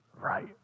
right